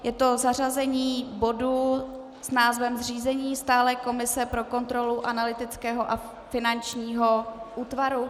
Je to zařazení bodu s názvem zřízení stálé komise pro kontrolu analytického a finančního útvaru.